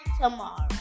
tomorrow